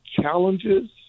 challenges